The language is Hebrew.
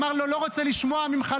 ואמר לו: לא רוצה לשמוע ממך,